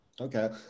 Okay